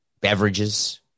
beverages